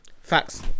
Facts